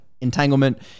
entanglement